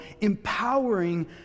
empowering